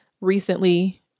recently